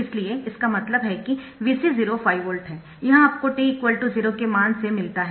इसलिए इसका मतलब है कि Vc0 5 वोल्ट है यह आपको t 0 के मान से मिलता है